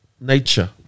nature